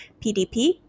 PDP